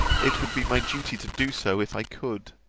it would be my duty to do so, if i could.